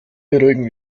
beruhigen